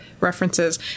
References